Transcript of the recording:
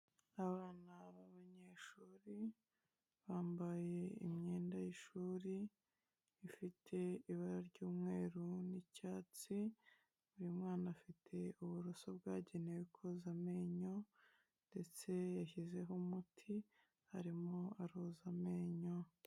Abana b'abanyeshuri, bambaye imyenda y'ishuri, ifite ibara ry'umweru n'icyatsi, buri mwana afite uburoso bwagenewe koza amenyo ndetse yashyizeho umuti arimo aroza amenyo.